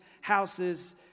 houses